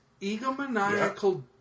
egomaniacal